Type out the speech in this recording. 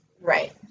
Right